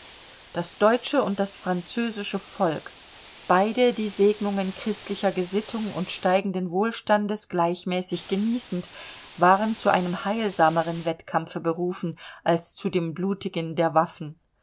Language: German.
das deutsche und das französische volk beide die segnungen christlicher gesittung und steigenden wohlstandes gleichmäßig genießend waren zu einem heilsameren wettkampfe berufen als zu dem blutigen der waffen